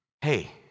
Hey